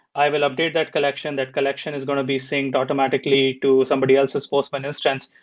i will update that collection. that collection is going to be synced automatically to somebody else's postman instance,